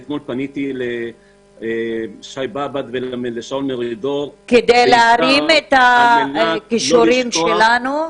אתמול פניתי לשי באב"ד ולשאול מרידור -- כדי להרים את הכישורים שלנו?